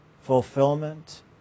fulfillment